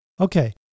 Okay